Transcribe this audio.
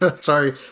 Sorry